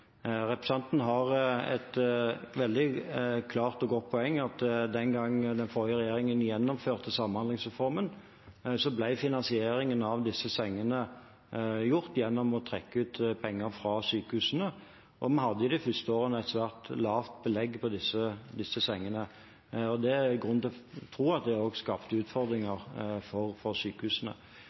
Representanten Toppe har et veldig klart og godt poeng om at den gangen den forrige regjeringen gjennomførte samhandlingsreformen, ble disse sengene finansiert gjennom å trekke ut penger fra sykehusene. Vi hadde de første årene et svært lavt belegg på disse sengene. Det er grunn til å tro at det også skapte utfordringer for sykehusene.